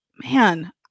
man